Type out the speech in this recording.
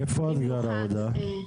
איפה את גרה, הודא?